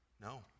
No